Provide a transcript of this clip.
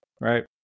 right